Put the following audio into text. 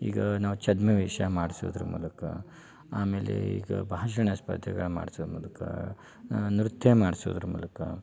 ಈಗ ನಾವು ಚದ್ಮವೇಷ ಮಾಡ್ಸುದ್ರ್ ಮೂಲಕ ಆಮೇಲೆ ಈಗ ಬಾಷಣ ಸ್ಪರ್ಧೆಗಳ್ ಮಾಡ್ಸುದ್ರ್ ಮೂಲಕ ಆಮೇಲ್ ನ್ರತ್ಯ ಮಾಡ್ಸೋದ್ರ್ ಮೂಲಕ